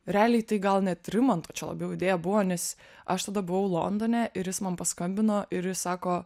realiai tai gal net rimanto čia labiau idėja buvo nes aš tada buvau londone ir jis man paskambino ir jis sako